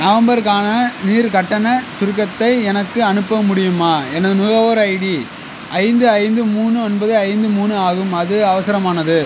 நவம்பருக்கான நீர் கட்டண சுருக்கத்தை எனக்கு அனுப்ப முடியுமா எனது நுகர்வோர் ஐடி ஐந்து ஐந்து மூணு ஒன்பது ஐந்து மூணு ஆகும் அது அவசரமானது